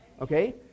okay